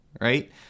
right